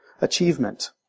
achievement